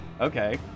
Okay